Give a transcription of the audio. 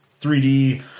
3d